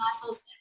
muscles